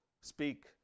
speak